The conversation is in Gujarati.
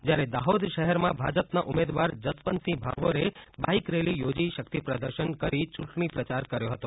જ્યારે દાહોદ શહેરમાં ભાજપના ઉમેદવાર જસવંતસિંહ ભાભોરે બાઇક રેલી યોજી શક્તિ પ્રદર્શન કરી ચૂંટણી પ્રચાર કર્યો હતો